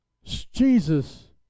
Jesus